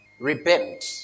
Repent